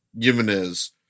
Jimenez